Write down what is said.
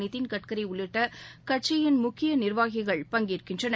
நிதின் கட்சரிஉள்ளிட்டகட்சியின் முக்கியநிர்வாகிகள் பங்கேற்கின்றனர்